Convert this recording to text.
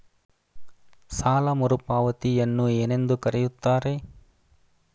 ಸಾಲ ಮರುಪಾವತಿಯನ್ನು ಏನೆಂದು ಕರೆಯುತ್ತಾರೆ?